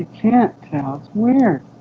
can't tell. it's weird